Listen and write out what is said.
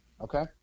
Okay